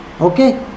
okay